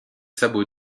sabots